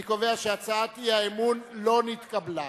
אני קובע שהצעת האי-אמון לא נתקבלה.